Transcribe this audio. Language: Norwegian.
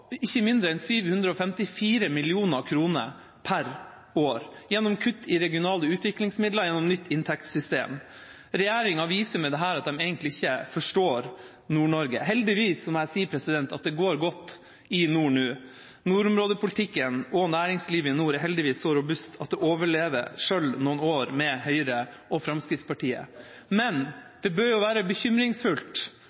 ikke mindre enn 754 mill. kr per år – gjennom kutt i regionale utviklingsmidler, gjennom nytt inntektssystem. Regjeringa viser med dette at de egentlig ikke forstår Nord-Norge. Heldigvis – må jeg si – går det godt i nord nå. Nordområdepolitikken og næringslivet i nord er heldigvis så robust at det overlever selv noen år med Høyre og Fremskrittspartiet, men det bør jo være bekymringsfullt